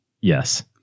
Yes